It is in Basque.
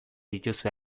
dituzue